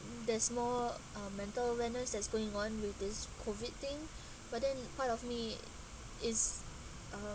there's more uh mental awareness that's going on with this COVID thing but then part of me is uh